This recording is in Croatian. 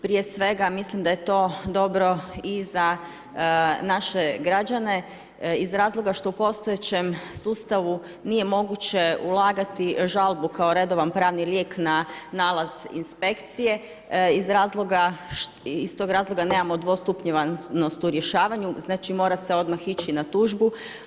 Prije svega mislim da je to dobro i za naše građane iz razloga što u postojećem sustavu nije moguće ulagati žalbu kao redovan pravni lijek na nalaz inspekcije, iz tog razloga nemamo dvostupnjevanost u rješavanju, znači mora se odmah ići na tužbu.